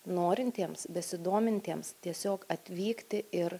norintiems besidomintiems tiesiog atvykti ir